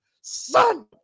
Son